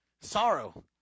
sorrow